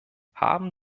haben